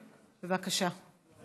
בבקשה.